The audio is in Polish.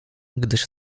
gdyż